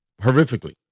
horrifically